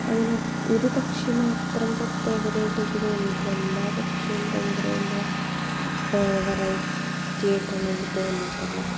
അങ്ങനെ ഒരു പക്ഷി മാത്രം പ്രത്യേകതായിട്ട് എനിക്ക് തോന്നിട്ടില്ല എല്ലാ പക്ഷിയും ഭയങ്കര ഭയങ്കര വെറൈറ്റിയായിട്ടാണ് എനിക്ക് തോന്നിയിട്ടുള്ളത്